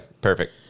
Perfect